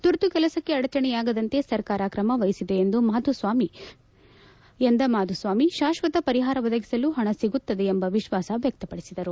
ತುರ್ತು ಕೆಲಸಕ್ಕೆ ಅಡಚಣೆಯಾಗದಂತೆ ಸರ್ಕಾರ ಕ್ರಮ ವಹಿಸಿದೆ ಎಂದ ಮಾಧುಸ್ವಾಮಿ ಶಾಶ್ವಕ ಪರಿಹಾರ ಒದಗಿಸಲು ಹಣ ಸಿಗುತ್ತದೆ ಎಂಬ ವಿಶ್ವಾಸ ವ್ಯಕ್ತಿಪಡಿಸಿದರು